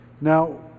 Now